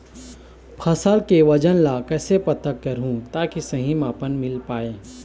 फसल के वजन ला कैसे पता करहूं ताकि सही मापन मील पाए?